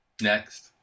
Next